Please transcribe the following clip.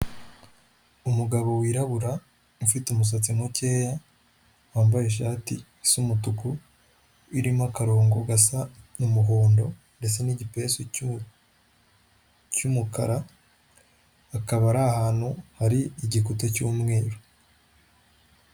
Umugabo wirabura ufite umusatsi mukeya, wambaye ishati Is’umutuku irimo akarongo gasa n'umuhondo, ndetse n'igipesu cy’umukara, akaba ar’ahantu har’igikuta cy’umweru.